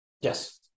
Yes